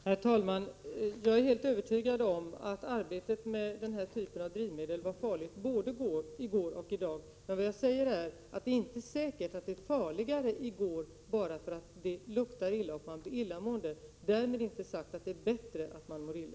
Herr talman! Jag är helt övertygad om att arbetet med denna typ av drivmedel både var farligt i går och är farligt i dag. Jag sade emellertid att det inte är säkert att det är farligare bara för att det luktar illa och man blir illamående. Därmed inte sagt att det är bra att man mår illa.